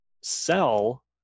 sell